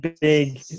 big